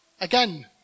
Again